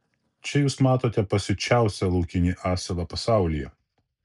čia jūs matote pasiučiausią laukinį asilą pasaulyje